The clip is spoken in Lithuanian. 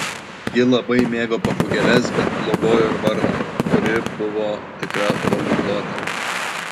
ji labai mėgo papūgėles bet globojo ir varną kuri buvo tikra poliglotė